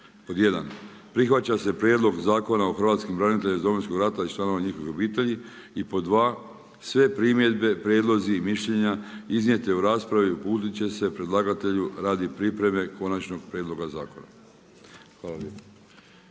Pod 1 prihvaća se prijedlog Zakona o hrvatskim branitelja iz domovinskog rata i članova njihove obitelji i pod 2, sve primjedbe, prijedlozi i mišljenja iznijeti u raspravi, uputiti će se predlagatelju radi pripreme konačnog prijedloga zakona.